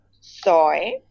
soy